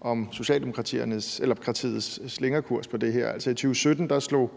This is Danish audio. om Socialdemokratiets slingrekurs i forhold